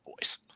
boys